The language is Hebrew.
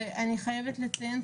אני חייבת לציין,